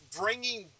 bringing